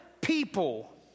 people